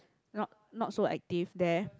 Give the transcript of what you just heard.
not not so active there